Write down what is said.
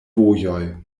vojoj